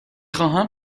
خواهم